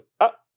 up